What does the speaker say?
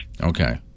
Okay